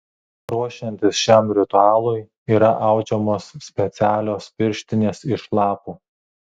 ruošiantis šiam ritualui yra audžiamos specialios pirštinės iš lapų